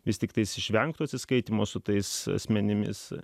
įsteigtais išvengti atsiskaitymo su tais asmenimis